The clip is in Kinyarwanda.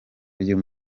uyu